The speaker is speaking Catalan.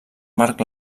marc